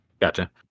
gotcha